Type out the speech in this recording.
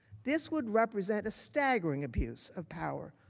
this would represent a staggering abuse of power.